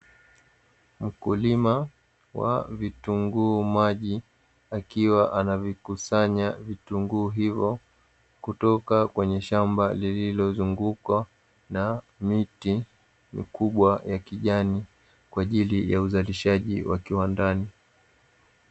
Mkulima wa vitunguu maji, akiwa wanakusanya vitunguu hivyo kutoka kwenye shamba lililozungukwa na miti mikubwa ya kijani, kwa ajili ya uzalishaji wa kiwandani.